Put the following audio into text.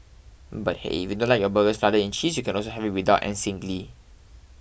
but hey if you don't like your burgers flooded in cheese you can also have it without and singly